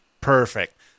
Perfect